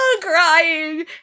crying